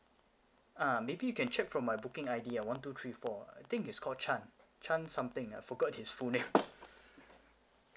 ah maybe you can check from my booking I_D ah one two three four I think is called chan chan something I forgot his full name